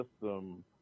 system